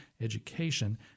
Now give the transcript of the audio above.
education